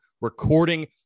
recording